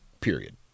period